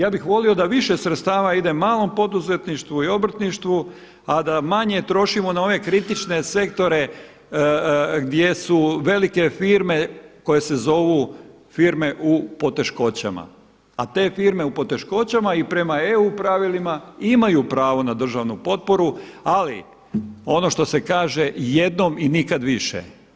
Ja bih volio da više sredstava ide malom poduzetništvu i obrtništvu, a da manje trošimo na one kritične sektore gdje su velike firme koje se zovu firme u poteškoćama, a te firme u poteškoćama i prema EU pravilima imaju pravo na državnu potporu, ali ono što se kaže jednom i nikada više.